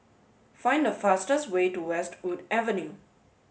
find the fastest way to Westwood Avenue